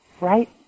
right